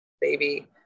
baby